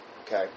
okay